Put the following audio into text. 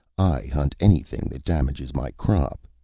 i hunt anything that damages my crop.